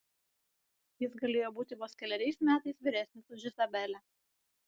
jis galėjo būti vos keleriais metais vyresnis už izabelę